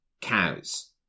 cows